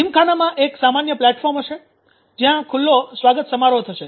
જીમખાનામાં એક સામાન્ય પ્લેટફોર્મ હશે જ્યાં ખુલ્લો સ્વાગત સમારોહ થશે